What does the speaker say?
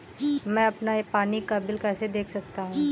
मैं अपना पानी का बिल कैसे देख सकता हूँ?